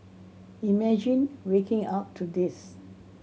imagine waking up to this